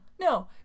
no